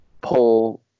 pull